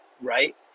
right